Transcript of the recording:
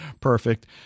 perfect